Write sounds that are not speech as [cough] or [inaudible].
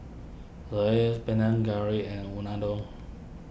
[unintelligible] Panang Curry and Unadon